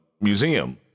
Museum